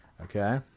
Okay